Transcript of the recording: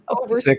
over